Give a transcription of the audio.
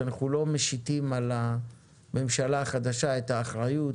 שאנחנו לא משיתים על הממשלה החדשה את האחריות